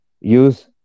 use